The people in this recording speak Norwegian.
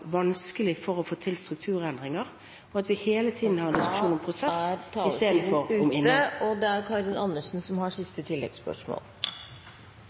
vanskelig for å få til strukturendringer, og at vi hele tiden har en diskusjon om prosess istedenfor om innhold? Karin Andersen – til siste